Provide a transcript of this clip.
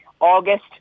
August